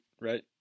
right